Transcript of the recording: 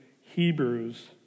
Hebrews